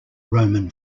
roman